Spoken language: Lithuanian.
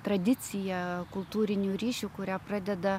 tradiciją kultūrinių ryšių kurią pradeda